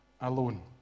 alone